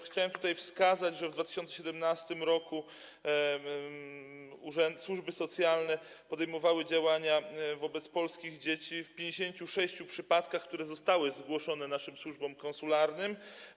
Chciałbym wskazać, że w 2017 r. służby socjalne podejmowały działania wobec polskich dzieci w 56 przypadkach, które zostały zgłoszone naszym służbom konsularnym.